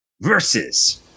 versus